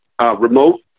remote